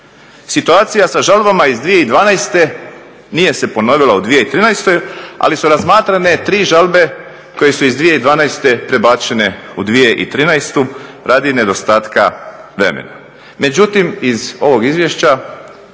Situacija sa žalbama iz 2012.nije se ponovila u 2013., ali su razmatrane dvije žalbe koje su iz 2012.prebačene u 2013.radi nedostatka vremena.